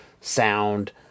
sound